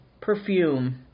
perfume